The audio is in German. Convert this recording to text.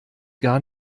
gar